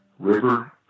River